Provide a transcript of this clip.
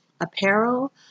apparel